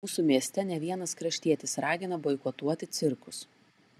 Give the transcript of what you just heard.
mūsų mieste ne vienas kraštietis ragina boikotuoti cirkus